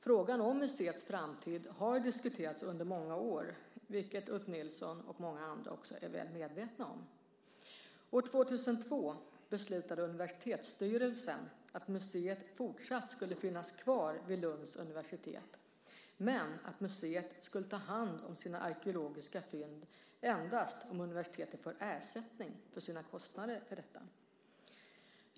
Frågan om museets framtid har diskuterats under många år, vilket Ulf Nilsson och många andra också är väl medvetna om. År 2002 beslutade universitetsstyrelsen att museet fortsatt skulle finnas kvar vid Lunds universitet men att museet skulle ta hand om arkeologiska fynd endast om universitetet får ersättning för sina kostnader för detta.